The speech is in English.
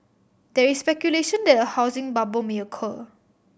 there is speculation that a housing bubble may occur